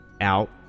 out